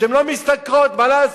שהן לא משתכרות, מה לעשות?